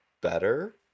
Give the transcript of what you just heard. better